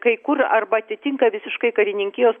kai kur arba atitinka visiškai karininkijos kai